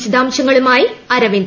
വിശദാംശങ്ങളുമായി അരവിന്ദ്